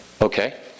Okay